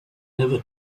never